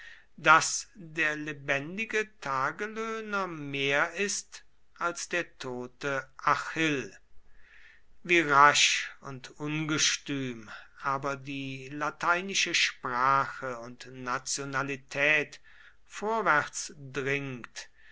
daß der lebendige tagelöhner mehr ist als der tote achill wie rasch und ungestüm aber die lateinische sprache und nationalität vorwärts dringt